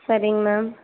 சரிங்க மேம்